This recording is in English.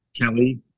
Kelly